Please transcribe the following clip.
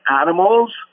animals